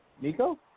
Nico